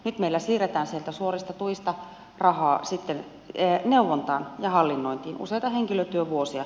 nyt meillä siirretään sieltä suorista tuista rahaa neuvontaan ja hallinnointiin useita henkilötyövuosia